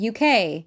UK